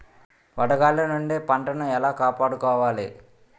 వడగాలి నుండి పంటను ఏలా కాపాడుకోవడం?